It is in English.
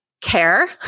care